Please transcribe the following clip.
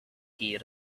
hear